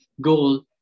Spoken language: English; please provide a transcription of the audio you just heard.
goal